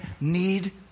need